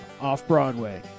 Off-Broadway